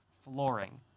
flooring